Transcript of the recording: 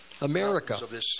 America